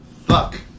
Fuck